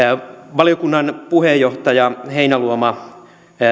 valiokunnan puheenjohtaja heinäluoma